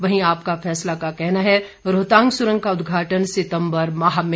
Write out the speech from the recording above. वहीं आपका फैसला का कहना है रोहतांग सुरंग का उद्घाटन सितंबर माह में